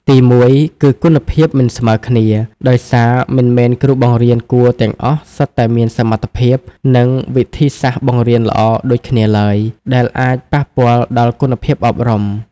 ទីមួយ គឺគុណភាពមិនស្មើគ្នា ដោយសារមិនមែនគ្រូបង្រៀនគួរទាំងអស់សុទ្ធតែមានសមត្ថភាព និងវិធីសាស្រ្តបង្រៀនល្អដូចគ្នាឡើយ ដែលអាចប៉ះពាល់ដល់គុណភាពអប់រំ។